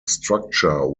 structure